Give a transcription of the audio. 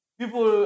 people